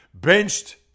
benched